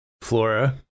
Flora